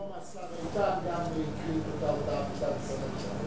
היום גם השר איתן הקריא את אותה הודעה מטעם משרד הביטחון,